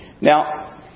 Now